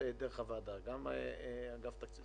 דרך הוועדה, גם אגף התקציבים.